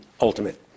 ultimate